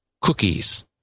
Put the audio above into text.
Cookies